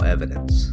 Evidence